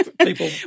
People